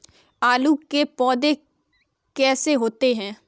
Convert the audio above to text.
आलू के पौधे कैसे होते हैं?